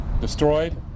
destroyed